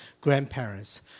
grandparents